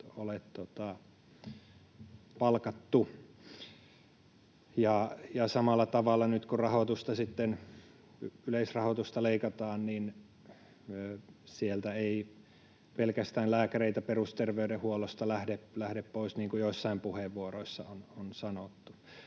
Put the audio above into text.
ole palkattu. Samalla tavalla nyt, kun yleisrahoitusta sitten leikataan, sieltä ei pelkästään lääkäreitä perusterveydenhuollosta lähde pois, niin kuin joissain puheenvuoroissa on sanottu.